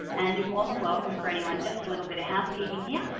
and you're more than welcome for anyone. just a little bit of housekeeping here.